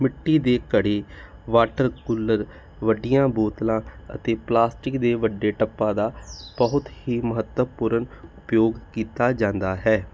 ਮਿੱਟੀ ਦੇ ਘੜੇ ਵਾਟਰ ਕੂਲਰ ਵੱਡੀਆਂ ਬੋਤਲਾਂ ਅਤੇ ਪਲਾਸਟਿਕ ਦੇ ਵੱਡੇ ਟੱਪਾ ਦਾ ਬਹੁਤ ਹੀ ਮਹੱਤਵਪੂਰਨ ਉਪਯੋਗ ਕੀਤਾ ਜਾਂਦਾ ਹੈ